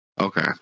Okay